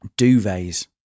duvets